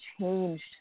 changed